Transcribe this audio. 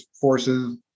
forces